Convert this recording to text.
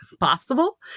Possible